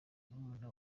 murumuna